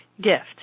gift